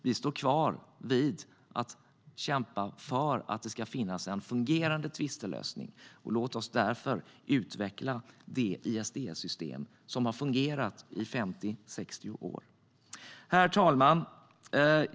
Vi står fast vid att kämpa för att det ska finnas en fungerade tvistlösning. Lås oss därför utveckla det ISDS-system som har fungerat i 50-60 år! Herr talman!